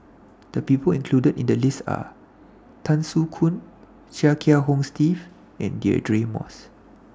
The People included in The list Are Tan Soo Khoon Chia Kiah Hong Steve and Deirdre Moss